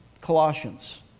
Colossians